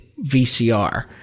VCR